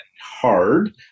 hard